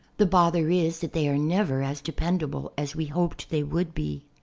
the bother is that they are never as dependable as we hoped they would be.